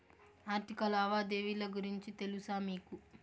ఆర్థిక లావాదేవీల గురించి తెలుసా మీకు